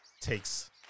takes